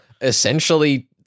essentially